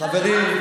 --- חברים,